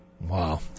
Wow